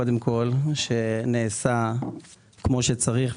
שנעשה כמו שצריך.